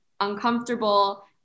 uncomfortable